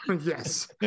Yes